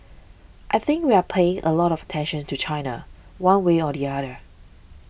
I think we are paying a lot of tension to China one way or the other